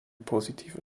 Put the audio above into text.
positiver